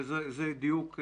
זה דיוק.